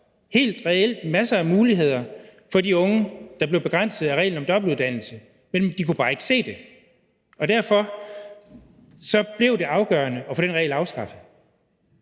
helt reelt masser af muligheder for de unge, der blev begrænset af reglen om dobbeltuddannelse, men de kunne bare ikke se det. Derfor blev det afgørende at få den regel afskaffet.